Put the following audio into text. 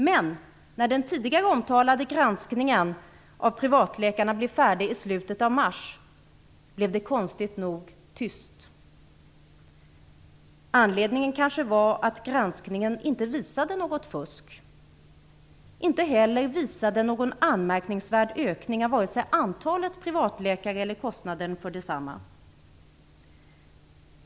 Men, när den tidigare omtalade granskningen av privatläkarna blev färdig i slutet av mars blev det konstigt nog tyst. Anledningen kanske var att granskningen inte visade något fusk. Inte heller visade den någon anmärkningsvärd ökning av vare sig antalet privatläkare eller kostnader för desamma.